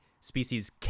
species